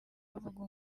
havugwa